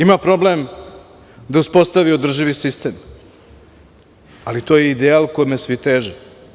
Ima problem da uspostavi održivi sistem, ali to je ideja o kojima svi teže.